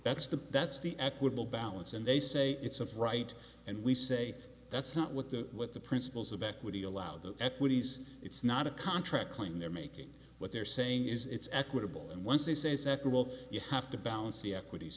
that's the that's the equitable balance and they say it's a right and we say that's not what the what the principles of equity allow the equities it's not a contract claim they're making what they're saying is it's equitable and once they say second well you have to balance the equities